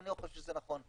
ואני לא חושב שזה נכון.